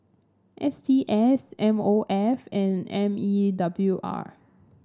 S T S M O F and M E W R